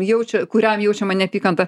jaučia kuriam jaučiama neapykanta